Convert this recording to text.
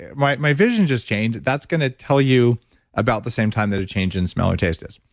and my my vision just changed. that's going to tell you about the same time that a change in smell or taste is.